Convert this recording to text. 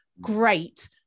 Great